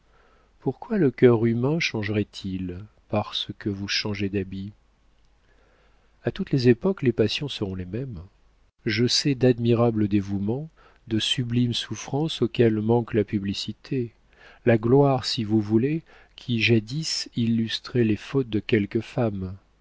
pourquoi le cœur humain changerait il parce que vous changez d'habit a toutes les époques les passions seront les mêmes je sais d'admirables dévouements de sublimes souffrances auxquelles manque la publicité la gloire si vous voulez qui jadis illustrait les fautes de quelques femmes